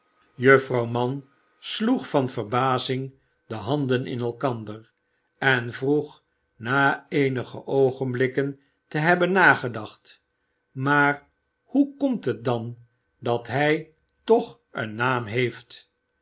juffrouw mann sloeg van verbazing de handen in elkander en vroeg na eenige oogenblikken te hebben nagedacht maar hoe komt het dan dat hij toch een naam heeft